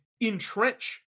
entrench